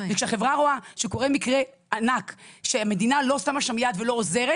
וכשהחברה רואה שקורה מקרה ענק שהמדינה לא שמה שם יד ולא עוזרת,